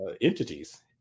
entities